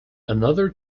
another